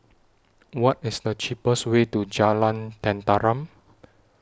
What IS The cheapest Way to Jalan Tenteram